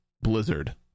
Blizzard